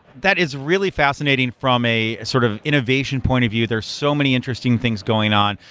that is really fascinating from a sort of innovation point of view. there are so many interesting things going on.